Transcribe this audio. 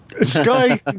Sky